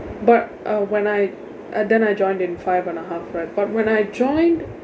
but uh when I uh then I joined in five and a half right but when I joined